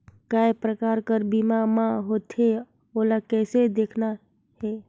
काय प्रकार कर बीमा मा होथे? ओला कइसे देखना है?